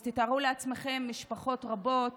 אז תתארו לעצמכם משפחות רבות